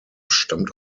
stammt